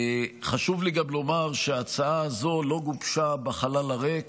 חשוב לי גם לומר שההצעה הזו לא גובשה בחלל הריק.